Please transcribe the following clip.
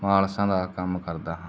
ਮਾਲਸ਼ਾਂ ਦਾ ਕੰਮ ਕਰਦਾ ਹਾਂ